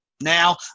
now